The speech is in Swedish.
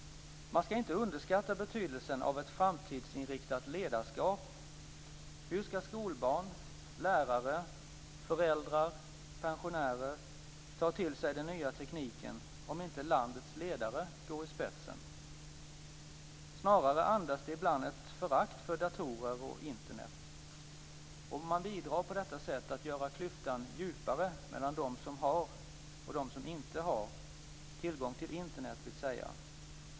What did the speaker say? Man skall inte underskatta betydelsen av ett framtidsinriktat ledarskap. Hur skall skolbarn, lärare, föräldrar, pensionärer ta till sig den nya tekniken, om inte landets ledare går i spetsen? Snarare andas de ibland ett förakt för datorer och Internet. Man bidrar på detta sätt till att göra klyftan djupare mellan dem som har och dem som inte har - tillgång till Internet vill säga.